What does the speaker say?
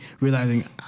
realizing